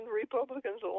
Republicans